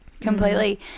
Completely